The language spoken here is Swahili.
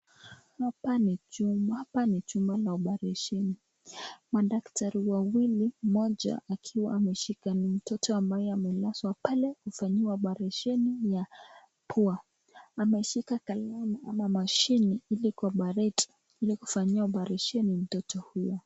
Hapa ni jumba la oparesheni, madaktari wawili, mmoja akiwa ameshika mtoto amelazwa pale kufanyiwa oparesheni ya pua ameshika kalamu ama mashine ili kuoperate ili kufanyia operation mtoto huyo.